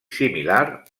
similar